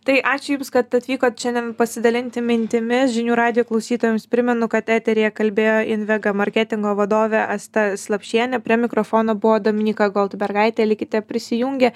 tai ačiū jums kad atvykot šiandien pasidalinti mintimis žinių radijo klausytojams primenu kad eteryje kalbėjo invega marketingo vadovė asta slapšienė prie mikrofono buvo dominyka goldbergaitė likite prisijungę